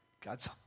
God's